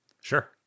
Sure